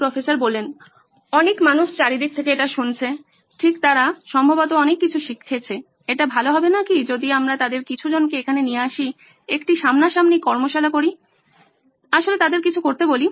professor 2 অনেক মানুষ চারিদিক থেকে এটা শুনছে ঠিক তারা সম্ভবত অনেক কিছু শিখেছে এটা ভালো হবে না কি যদি আমরা তাদের কিছু জনকে এখানে নিয়ে আসি একটি সামনাসামনি কর্মশালা করি এবং আসলে তাদের কিছু করতে বলি